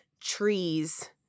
trees